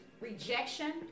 rejection